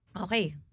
okay